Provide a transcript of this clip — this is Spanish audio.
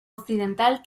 occidental